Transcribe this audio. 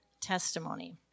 testimony